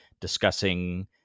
discussing